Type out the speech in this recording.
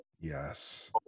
Yes